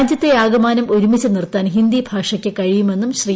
രാജ്യത്തെയാകമാനം ഒരുമിച്ച് നിർത്താൻ ഹിന്ദി ഭാഷയ്ക്ക് കഴിയുമെന്നും ശ്രീ